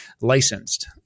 licensed